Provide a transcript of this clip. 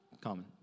common